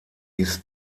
ist